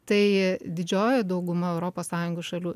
tai didžioji dauguma europos sąjungos šalių